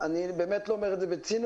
אני באמת לא אומר את זה בציניות,